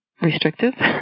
restrictive